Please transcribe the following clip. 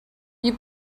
you